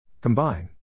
Combine